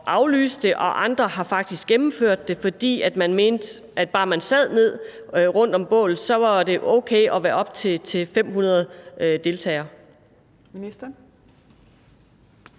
at aflyse det, og andre har faktisk gennemført det, fordi man mente, at bare man sad ned rundt om bålet, så var det okay at være op til 500 deltagere.